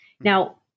Now